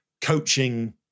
coaching